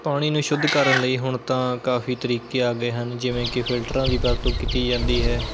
ਪਾਣੀ ਨੂੰ ਸ਼ੁੱਧ ਕਰਨ ਲਈ ਹੁਣ ਤਾਂ ਕਾਫ਼ੀ ਤਰੀਕੇ ਆ ਗਏ ਹਨ ਜਿਵੇਂ ਕਿ ਫਿਲਟਰਾਂ ਦੀ ਵਰਤੋਂ ਕੀਤੀ ਜਾਂਦੀ ਹੈ